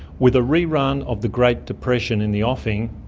with a re-run of the great depression in the offing,